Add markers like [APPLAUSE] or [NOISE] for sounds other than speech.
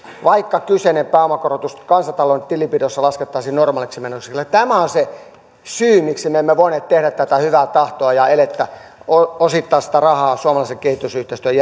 vaikka kyseinen pääomakorotus kansantalouden tilinpidossa laskettaisiin normaaliksi menoksi tämä on se syy miksi me emme voineet tehdä tätä hyvän tahdon elettä osoittaa sitä rahaa suomalaisen kehitysyhteistyön [UNINTELLIGIBLE]